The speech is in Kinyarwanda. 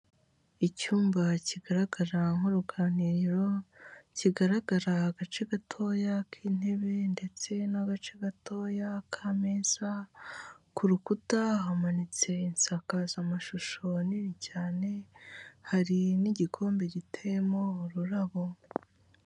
Icyumba kigaragara nk'uruganiriro, kigaragara agace gatoya k'intebe ndetse n'agace gatoya k'ameza, ku rukuta hamanitse isakazamashusho nini cyane, hari n'igikombe giteyemo ururabo.